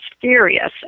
furious